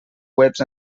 webs